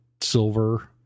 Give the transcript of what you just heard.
silver